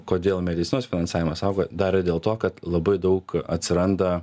kodėl medicinos finansavimas auga dar ir dėl to kad labai daug atsiranda